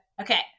Okay